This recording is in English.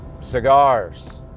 cigars